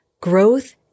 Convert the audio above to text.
Growth